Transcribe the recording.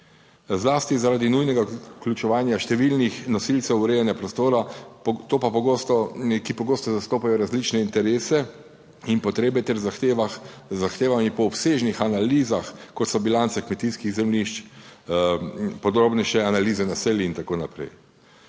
Zlasti zaradi nujnega vključevanja številnih nosilcev urejanja prostora to pa pogosto, ki pogosto zastopajo različne interese in potrebe ter zahteva z zahtevami po obsežnih analizah, kot so bilance kmetijskih zemljišč, podrobnejše analize naselij in tako naprej.